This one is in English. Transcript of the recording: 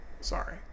sorry